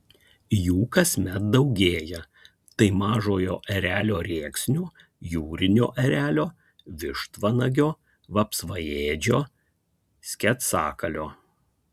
jų kasmet daugėja tai mažojo erelio rėksnio jūrinio erelio vištvanagio vapsvaėdžio sketsakalio